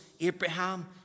Abraham